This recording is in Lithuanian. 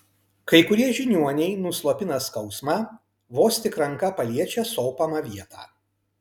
kai kurie žiniuoniai nuslopina skausmą vos tik ranka paliečia sopamą vietą